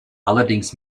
allerdings